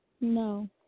No